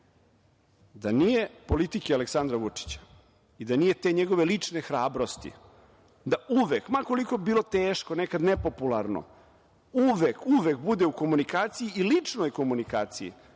nije politike Aleksandra Vučića i da nije te njegove lične hrabrosti da uvek, ma koliko bilo teško, nekad nepopularno, uvek bude u komunikaciji i ličnoj komunikaciji